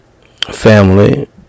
family